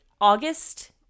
August